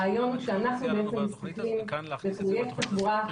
את מציעה לנו כאן להכניס את זה בתוכנית הזאת,